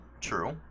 true